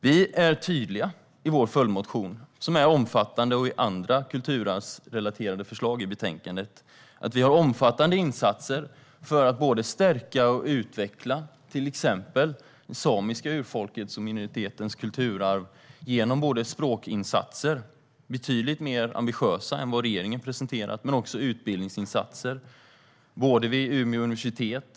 Vi är tydliga i vår följdmotion, som är omfattande, och i andra kulturarvsrelaterade förslag i betänkandet. Vi har förslag om omfattande insatser för att stärka och utveckla till exempel det samiska urfolkets och den samiska minoritetens kulturarv genom språkinsatser, som är betydligt mer ambitiösa än vad regeringen presenterat, men också utbildningsinsatser vid Umeå universitet.